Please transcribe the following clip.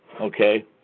okay